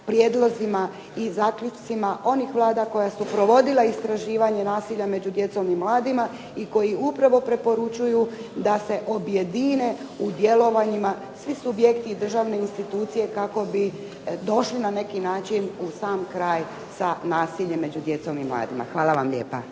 prijedlozima i zaključcima onih Vlada koja su provodila istraživanje nasilja među djecom i mladima i koji upravo preporučuju da se objedine u djelovanjima svi subjekti i državne institucije kako bi došli na neki način u sam kraj sa nasiljem među djecom i mladima. Hvala vam lijepa.